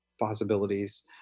possibilities